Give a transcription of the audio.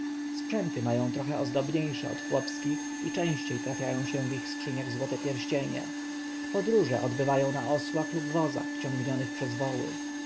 sprzęty mają trochę ozdobniejsze od chłopskich i częściej trafiają się w ich skrzyniach złote pierścienie podróże odbywają na osłach lub wozach ciągnionych przez woły